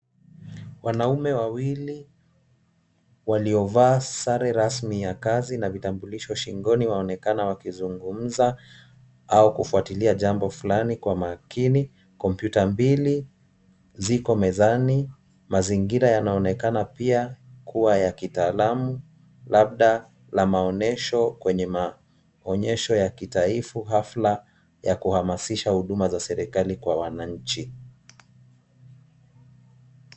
Wanaume wawili waliovaa sare rasmi ya kazi na vitambulisho shingoni waonekana wakizungumza au kufuatilia jambo fulani kwa makini. Kompyuta mbili ziko mezani, mazingira yanaonekana pia kuwa ya kitaalamu labda la maonyesho kwenye maonyesho ya kitaifu hafla ya kuhamasisha huduma za serikali kwa wananchi.